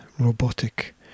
robotic